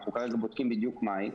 אנחנו כרגע בודקים בדיוק מהי.